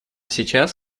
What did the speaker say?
сейчас